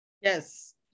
Yes